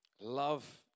Love